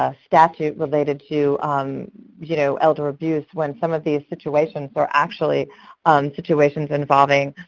ah statute related to you know elder abuse when some of these situations are actually situations involving